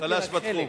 הוא חלש בתחום.